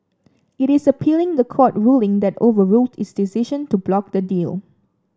it is appealing the court ruling that overruled its decision to block the deal